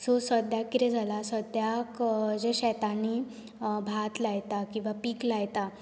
so सद्याक कितें जालां सद्याक जे शेतांनी भात लायता किंवा पीक लायता